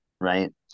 Right